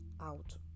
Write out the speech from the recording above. out